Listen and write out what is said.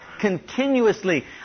Continuously